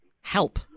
help